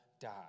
die